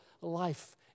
life